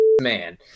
man